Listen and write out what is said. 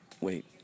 Wait